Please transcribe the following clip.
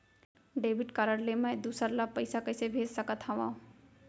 Debit card ले मैं दूसर ला पइसा कइसे भेज सकत हओं?